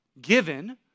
given